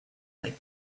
like